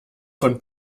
von